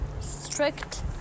strict